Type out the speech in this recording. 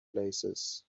places